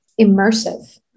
immersive